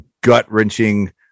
gut-wrenching